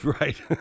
Right